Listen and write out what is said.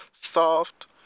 soft